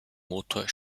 motor